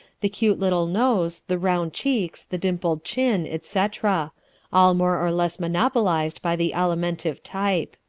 the cute little nose, the round cheeks, the dimpled chin, etc all more or less monopolized by the alimentive type.